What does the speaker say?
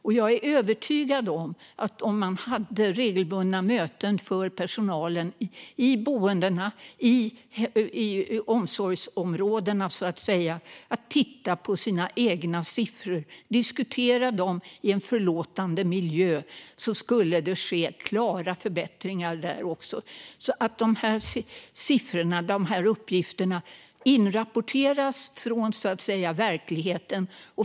Och jag är övertygad om att om man hade regelbundna möten för personalen på boendena, i omsorgsområdena, för att titta på sina egna siffror och diskutera dem i en förlåtande miljö skulle det ske klara förbättringar också där. De här uppgifterna inrapporteras från verkligheten.